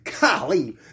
Golly